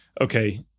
okay